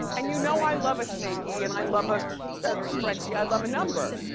and you know i love a snakey, and i love a stretchy, i love a number.